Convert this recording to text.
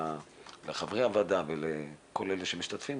לחברי הוועדה ולכל אלה שמשתתפים,